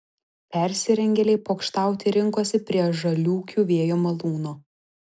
persirengėliai pokštauti rinkosi prie žaliūkių vėjo malūno